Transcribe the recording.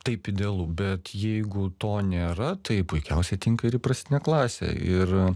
taip idealu bet jeigu to nėra tai puikiausiai tinka ir įprastinė klasė ir